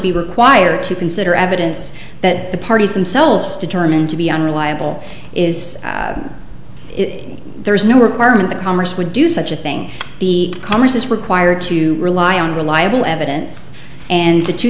be required to consider evidence that the parties themselves determined to be unreliable is it there is no requirement that congress would do such a thing the congress is required to rely on reliable evidence and to two